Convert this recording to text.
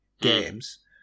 games